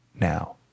now